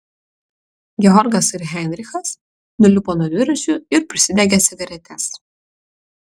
georgas ir heinrichas nulipo nuo dviračių ir prisidegė cigaretes